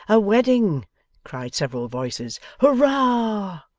a wedding cried several voices. hurrah!